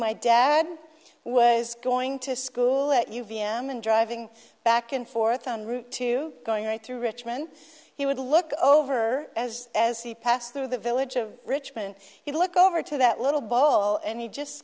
my dad was going to school that you v m and driving back and forth on route two going right through richmond he would look over as as he passed through the village of richmond he'd look over to that little bowl and he just